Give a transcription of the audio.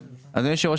אדוני היושב ראש,